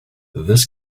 this